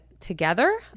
Together